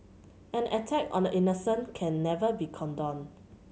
an attack on the innocent can never be condoned